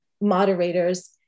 moderators